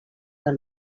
del